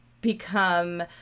become